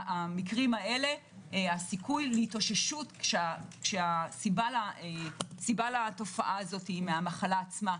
המקרים האלה הסיכוי להתאוששות כשהסיבה לתופעה הזאת היא מהמחלה עצמה,